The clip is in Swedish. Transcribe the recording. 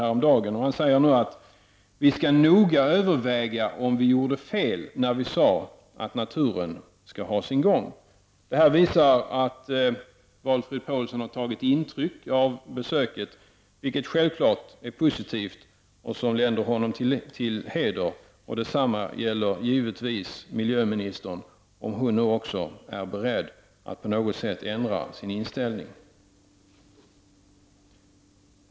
Han säger nu: Vi skall noga överväga om vi gjorde fel när vi sade att naturen skall ha sin gång. — Det visar att Valfrid Paulsson har tagit intryck av besöket, vilket självfallet är positivt och länder honom till heder. Detsamma gäller givetvis miljöministern, om hon nu också är beredd att på något sätt ändra sin inställning.